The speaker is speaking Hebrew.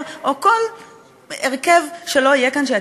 עוד דבר,